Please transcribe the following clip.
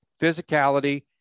physicality